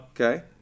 Okay